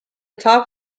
top